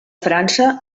frança